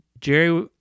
Jerry